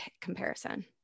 comparison